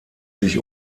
sich